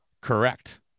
correct